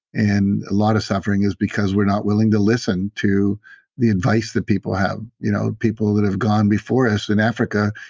and a lot of suffering is because we're not willing to listen to the advice that people have you know people that have gone before us in africa,